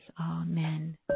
Amen